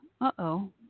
uh-oh